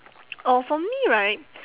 oh for me right